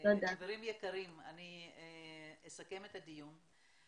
חברים יקרים, אני אסכם את הדיון.